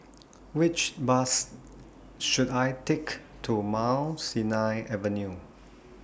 Which Bus should I Take to Mount Sinai Avenue